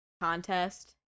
contest